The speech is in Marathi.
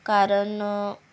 कारण